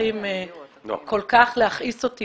שמצליחים להכעיס אותי כל כך,